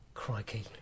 Crikey